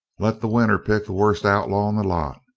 let the winner pick the worst outlaw in the lot.